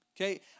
okay